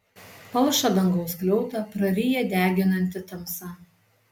palšą dangaus skliautą praryja deginanti tamsa